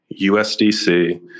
USDC